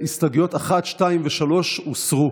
1, 2 ו-3 הוסרו.